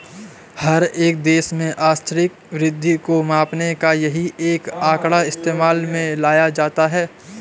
हर एक देश में आर्थिक वृद्धि को मापने का यही एक आंकड़ा इस्तेमाल में लाया जाता है